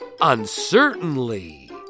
uncertainly